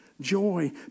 joy